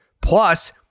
Plus